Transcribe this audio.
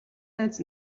найз